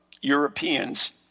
Europeans